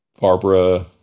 Barbara